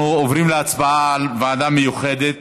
אנחנו עוברים להצבעה על הוועדה המיוחדת,